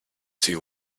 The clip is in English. two